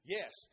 Yes